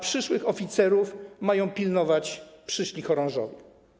Przyszłych oficerów mają pilnować przyszli chorążowie.